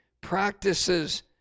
practices